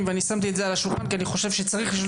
ואני שמתי את זה על השולחן כי אני חושב שצריך לשאול